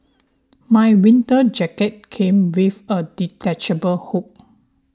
my winter jacket came with a detachable hood